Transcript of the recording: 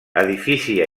edifici